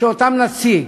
שאותן נציג.